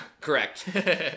correct